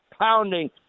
pounding